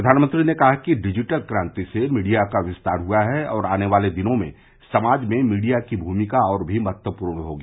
प्रधानमंत्री ने कहा कि डिजिटल क्रांति से मीडिया का विस्तार हुआ है और आने वाले दिनों में समाज में मीडिया की भूमिका और भी महत्वपूर्ण होगी